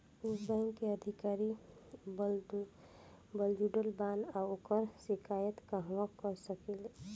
उ बैंक के अधिकारी बद्जुबान बा ओकर शिकायत कहवाँ कर सकी ले